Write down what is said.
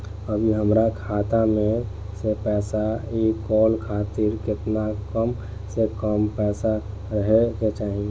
अभीहमरा खाता मे से पैसा इ कॉल खातिर केतना कम से कम पैसा रहे के चाही?